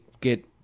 get –